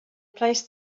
placed